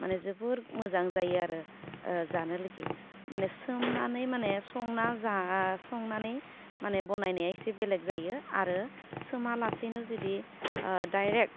माने जोबोर मोजां जायो आरो जानो लागि माने सोमनानै माने संना जा संनानै माने बनायनाया इसे बेलेक जायो आरो सोमालासेनो जुदि दाइरेक्ट